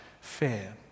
fear